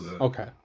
Okay